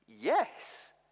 Yes